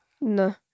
No